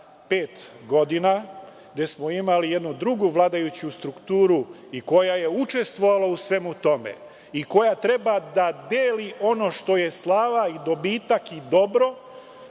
pet godina, gde smo imali jednu drugu vladajuću strukturu, koja je učestvovala u svemu tome i koja treba da deli ono što je slava i dobitak i dobro